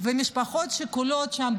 ומשפחות שכולות שם,